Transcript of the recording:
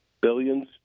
billions